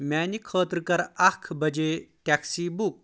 میانہِ خٲطرٕ کر اَکھ بجے ٹیکسی بُک